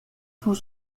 tout